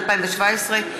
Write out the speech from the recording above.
התשע"ז 2017,